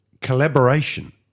collaboration